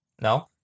no